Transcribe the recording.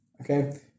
okay